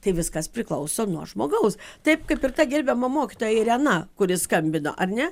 tai viskas priklauso nuo žmogaus taip kaip ir ta gerbiama mokytoja irena kuri skambino ar ne